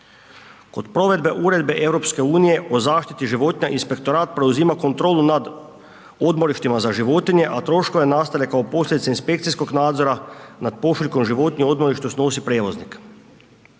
Kod provedbe Uredbe EU o zaštiti životinja, Inspektorat preuzima kontrolu nad odmorištima za životinje, a troškove nastale kao posljedice inspekcijskog nadzora nad pošiljkom životinja u odmorištu snosi prevoznik.